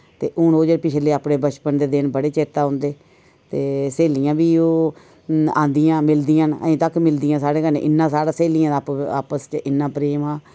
ते हून ओह् जेह्ड़े पिछले अपने बचपन दे दिन बड़े चेता औंदे ते स्हेलियां बी ओह् आंदियां मिलदियां न अजें तक मिलदियां न साढ़े कन्नै इन्ना साढ़ा स्हेलिययें दा आप आपस च इन्ना प्रेम हा